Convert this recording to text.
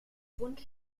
wunsch